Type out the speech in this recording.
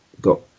got